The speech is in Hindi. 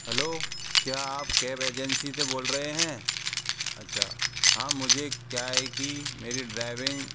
हलो क्या आप कैब एजेंसी से बोल रहें हैं अच्छा हाँ मुझे एक क्या है कि मेरी ड्राइविंग